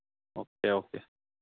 okay okay